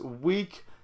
week